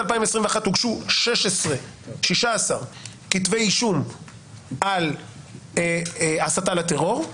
הוגשו 16 כתבי אישום על הסתה לטרור,